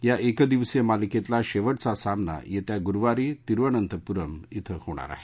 या एकदिवसीय मालिकेतला शेवटचा सामना येत्या गुरुवारी तिरुवअनंतपूरम इथं होणार आहे